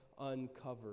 uncovered